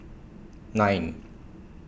nine